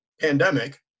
pandemic